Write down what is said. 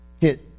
hit